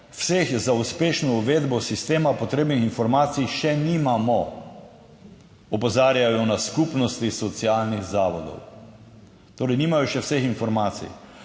vseh za uspešno uvedbo sistema potrebnih informacij še nimamo." - opozarjajo na Skupnosti socialnih zavodov, torej nimajo še vseh informacij.